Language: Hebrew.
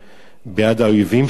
ביד האויבים שלנו,